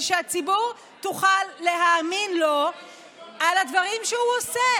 שהציבור תוכל להאמין לו בדברים שהוא עושה,